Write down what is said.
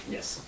Yes